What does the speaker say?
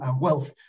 wealth